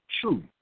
true